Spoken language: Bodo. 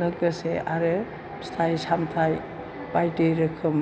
लोगोसे आरो फिथाइ सामथाइ बायदि रोखोम